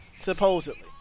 supposedly